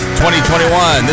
2021